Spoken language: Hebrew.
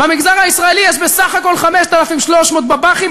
במגזר הישראלי יש בסך הכול 5,300 בב"חים,